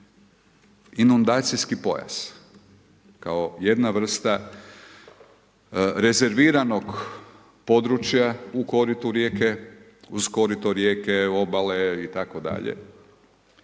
inundacijski pojas kao jedna vrsta rezerviranog područja u koritu rijeke uz korito rijeke, obale itd.